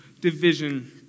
division